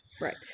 right